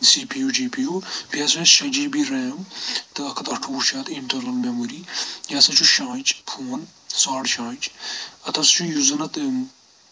C P U G P U بیٚیہِ ہَسا چھِ اَسہِ شےٚ جی بی ریم تہٕ اَکھ اَتھ اَٹھوُہ چھُ اَتھ اِنٹَرنَل میموری یہِ ہَسا چھُ شےٚ آنچہِ فون ساڑ شےٚ آنچہِ اَتھ ہَسا چھُ یُس زَن اَتھ